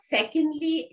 Secondly